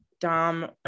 Dom